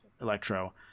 Electro